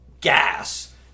gas